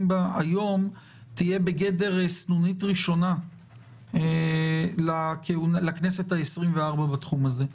בה היום תהיה בגדר סנונית ראשונה לכנסת ה-24 בתחום הזה.